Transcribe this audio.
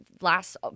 last